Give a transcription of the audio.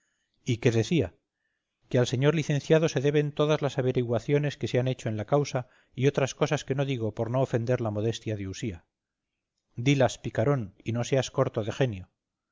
y qué decía que al señor licenciado se deben todas las averiguaciones que se han hecho en la causa y otras cosas que no digo por no ofender la modestia de usía dilas picarón y no seas corto de genio